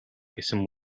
гэсэн